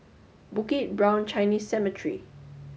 Bukit Brown Chinese Cemetery